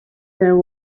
there